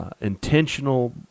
intentional